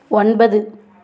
ஒன்பது